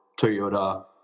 Toyota